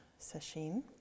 Sashin